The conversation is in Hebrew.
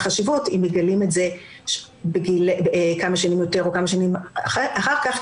חשיבות אם מגלים את זה כמה שנים יותר או כמה שנים אחר כך,